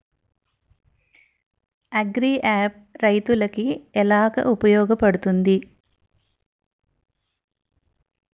Agri app రైతులకి ఏలా ఉపయోగ పడుతుంది?